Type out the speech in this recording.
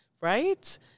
right